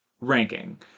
ranking